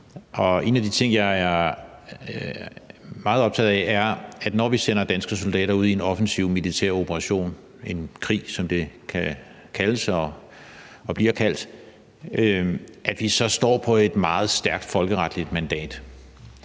En af de ting, jeg er meget optaget af, er, at når vi sender danske soldater ud i en offensiv militær operation – en krig, som det kan kaldes og bliver kaldt – så står vi på et meget stærkt folkeretligt mandat.